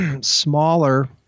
smaller